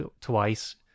twice